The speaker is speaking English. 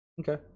Okay